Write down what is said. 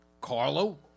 Carlo